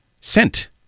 Scent